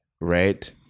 right